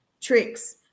Tricks